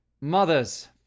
Mothers